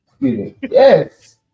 yes